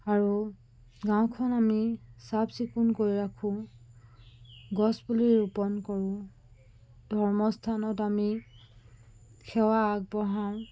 আৰু গাঁওখন আমি চাফ চিকুণ কৰি ৰাখোঁ গছপুলি ৰোপণ কৰোঁ ধৰ্মস্থানত আমি সেৱা আগবঢ়াওঁ